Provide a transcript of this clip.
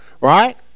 right